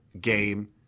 game